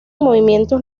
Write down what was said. movimientos